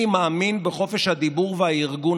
"הינני מאמין בחופש הדיבור והארגון",